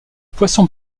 poisson